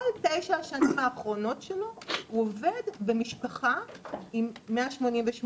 כל 9 השנים האחרונות שלו הוא עובד במשפחה עם 188,